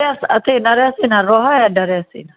F अथी नरेश सिंह आर रहै हए नरेश सिंह